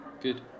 Good